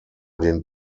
den